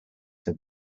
have